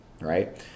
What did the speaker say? right